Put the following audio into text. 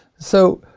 so,